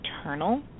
eternal